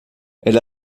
elle